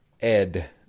Ed